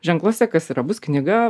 ženkluose kas yra bus knyga